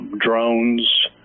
drones